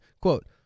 Quote